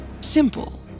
Simple